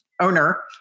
owner